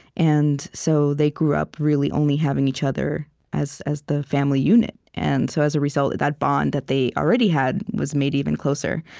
and so they grew up really only having each other as as the family unit. and so as a result, that bond that they already had was made even closer.